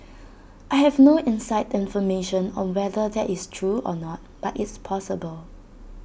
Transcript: I have no inside information on whether that is true or not but it's possible